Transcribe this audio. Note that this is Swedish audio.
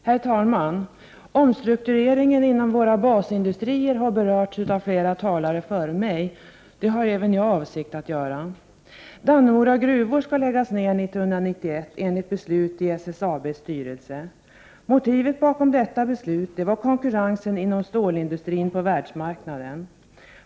Herr talman! Omstruktureringen inom våra basindustrier har berörts av andra, men även jag avser att ta upp denna fråga. Dannemora gruvor skall läggas ner 1991 enligt beslut i SSAB:s styrelse. Motivet bakom detta beslut var konkurrensen inom stålindustrin på världsmarknaden.